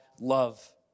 love